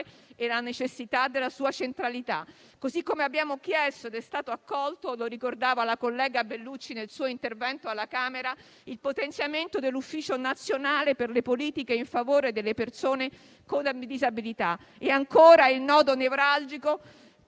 e la necessità della sua centralità, così come abbiamo chiesto ed è stato accolto - lo ricordava la collega Bellucci nel suo intervento alla Camera - il potenziamento dell'Ufficio nazionale per le politiche in favore delle persone con disabilità e, ancora, nodo nevralgico,